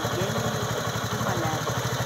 eugenijus tumalevičius